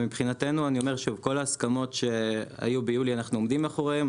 מבחינתנו אני אומר שבכל ההסכמות שהיו ביולי אנחנו עומדים מאחוריהן,